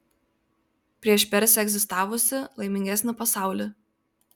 prieš persę egzistavusį laimingesnį pasaulį